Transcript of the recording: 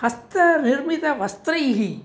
हस्तनिर्मितवस्त्रैः